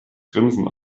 grinsen